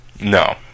No